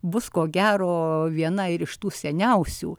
bus ko gero viena iš tų seniausių